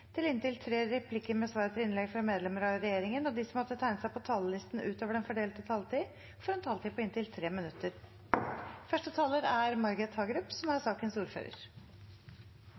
til inntil seks replikker med svar etter innlegg fra medlemmer av regjeringen, og de som måtte tegne seg på talerlisten utover den fordelte taletid, får en taletid på inntil 3 minutter. Først vil jeg takke komiteen for et godt samarbeid i saken, der jeg som